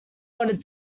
wanted